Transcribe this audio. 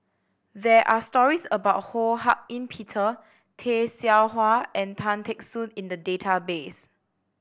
there are stories about Ho Hak Ean Peter Tay Seow Huah and Tan Teck Soon in the database